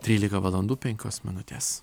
trylika valandų penkios minutės